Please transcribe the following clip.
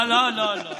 לא, לא, לא.